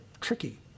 tricky